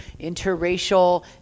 interracial